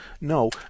No